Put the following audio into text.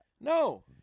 No